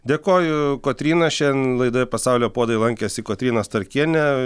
dėkoju kotryna šiandien laidoje pasaulio puodai lankėsi kotryna starkienė